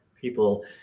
people